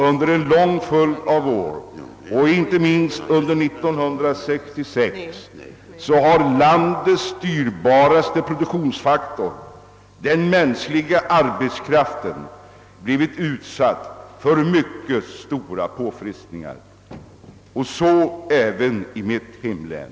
Under en lång följd av år, inte minst under 1966, har landets dyrbaraste produktionsfaktor, den mänskliga arbetskraften, utsatts för mycket stora påfrestningar. Så har skett även i mitt hemlän.